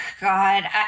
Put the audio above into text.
God